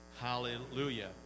Hallelujah